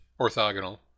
orthogonal